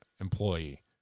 employee